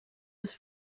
was